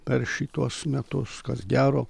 per šituos metus kas gero